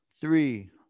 three